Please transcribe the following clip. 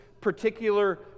particular